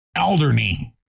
Alderney